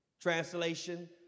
Translation